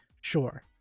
sure